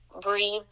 breathe